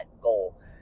goal